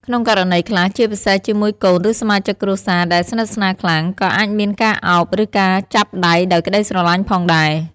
ក្នុងករណីខ្លះ ជាពិសេសជាមួយកូន ឬសមាជិកគ្រួសារដែលស្និទ្ធស្នាលខ្លាំង ក៏អាចមានការឱប ឬការចាប់ដៃដោយក្ដីស្រឡាញ់ផងដែរ។